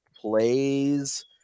plays